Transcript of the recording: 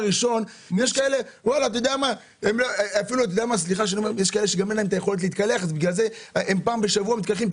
יש כאלה שגם אין להם יכולת להתקלח אז הם מתקלחים רק פעם בשבוע.